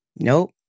Nope